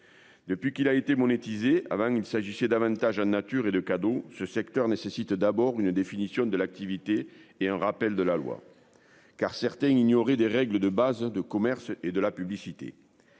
Depuis qu'il a été monétiser avant il s'agissait d'davantage ânes nature et de cadeau ce secteur nécessite d'abord une définition de l'activité et un rappel de la loi. Car certains des règles de base de commerce et de la publicité.